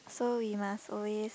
so we must always